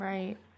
Right